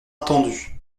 attendus